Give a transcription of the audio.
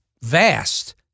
vast